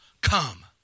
come